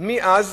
ומאז